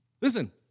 Listen